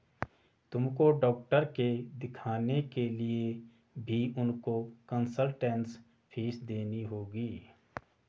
तुमको डॉक्टर के दिखाने के लिए भी उनको कंसलटेन्स फीस देनी होगी